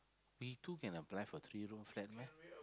we two can apply for three room flat meh